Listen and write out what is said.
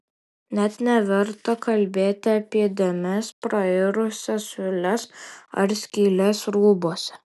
net neverta kalbėti apie dėmes prairusias siūles ar skyles rūbuose